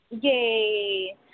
Yay